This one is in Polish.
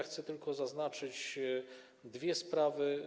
Chcę tylko zaznaczyć dwie sprawy.